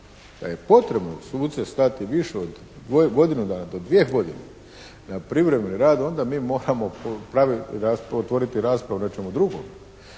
da je potrebno suce slati više od godinu dana do dvije godine na privremeni rad, onda mi moramo otvoriti raspravu o nečemu drugom